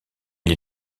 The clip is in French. les